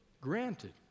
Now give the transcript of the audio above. Granted